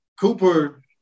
Cooper